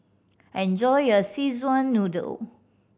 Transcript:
enjoy your Szechuan Noodle